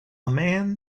man